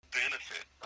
benefit